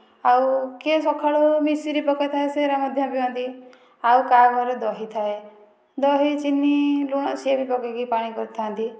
ଆଉ କିଏ ସକାଳୁ ମିଶ୍ରି ପକେଇ ଥାଏ ସେଗୁଡ଼ା ମଧ୍ୟ ପିଅନ୍ତି ଆଉ କାହା ଘରେ ଦହି ଥାଏ ଦହି ଚିନି ଲୁଣ ସେ ବି ପକାଇକି ପାଣି କରିଥାନ୍ତି